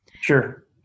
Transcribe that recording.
Sure